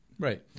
Right